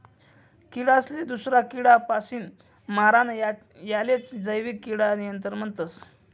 किडासले दूसरा किडापासीन मारानं यालेच जैविक किडा नियंत्रण म्हणतस